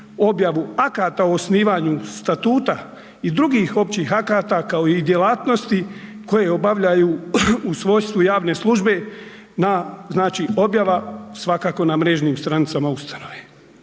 objavu akata o osnivanju statuta i drugih općih akata kao i djelatnosti koje obavljaju u svojstvu javne službe na znači objava svakako na mrežnim stranicama ustanove.